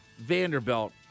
Vanderbilt